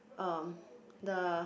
um the